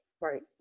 Right